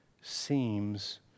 seems